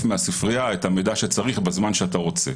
מהספרייה את המידע שצריך בזמן שאתה רוצה?